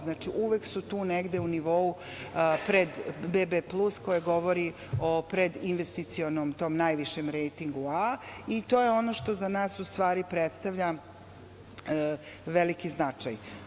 Znači, uvek su tu negde u nivou pred B B plus, koja govori o predinvesticionom tom najvišem rejtingu A i to je ono što za nas predstavlja veliki značaj.